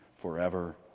forever